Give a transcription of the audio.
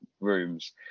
rooms